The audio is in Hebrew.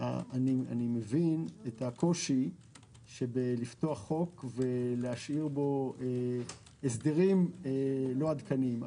אני מבין את הקושי בפתיחת חוק ולהשאיר בו הסדרים לא עדכניים.